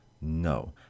No